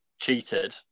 cheated